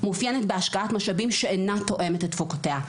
מאופיינת בהשקעת משאבים שאינה תואמת את תפוקתה.